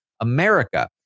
America